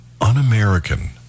un-American